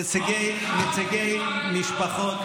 נציגי משפחות,